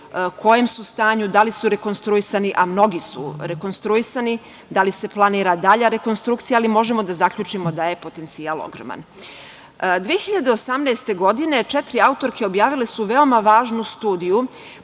kojem su stanju, da li su rekonstruisani, a mnogi su rekonstruisani, da li se planira dalja rekonstrukcija, ali možemo da zaključimo da je potencijal ogroman. Dve hiljade osamnaeste godine dve autorke objavile su veoma važnu studiju